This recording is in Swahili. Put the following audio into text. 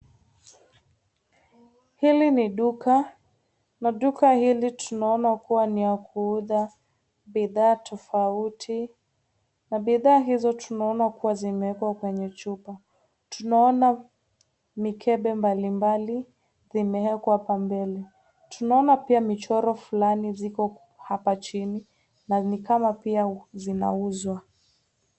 Hili ni duka na duka hili tunaona kuwa ni ya kuuza bidhaa tofauti na bidhaa hizo tunaona kuwa zimewekwa kwenye chupa. Tunaona mikebe mbalimbali limeekwa hapa mbele, tunaona pia michoro fulani ziko hapa chini na nikama pia zinauzwa.